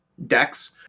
decks